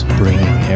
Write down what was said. bringing